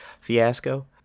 fiasco